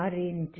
Fnr